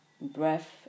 breath